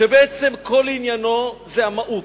שבעצם כל עניינו זה המהות,